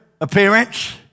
appearance